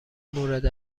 مورد